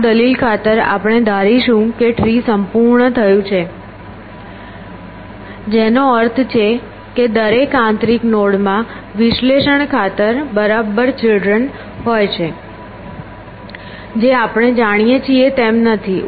આ દલીલ ખાતર આપણે ધારીશું કે ટ્રી પૂર્ણ થયું છે જેનો અર્થ છે કે દરેક આંતરિક નોડ માં વિશ્લેષણ ખાતર બરાબર ચિલ્ડ્રન હોય છે જે આપણે જાણીએ છીએ તેમ નથી